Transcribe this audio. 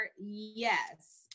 yes